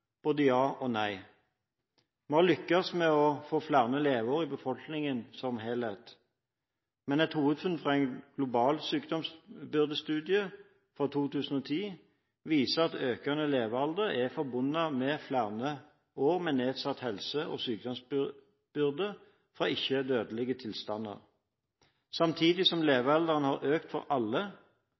Både ja og nei. Vi har lyktes med å få flere leveår i befolkningen som helhet. Men et hovedfunn fra den globale sykdomsbyrdestudien fra 2010 viser at økende levealder er forbundet med flere år med nedsatt helse og sykdomsbyrde fra ikke-dødelige tilstander. Samtidig som levealderen har økt for alle,